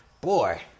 Boy